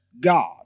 god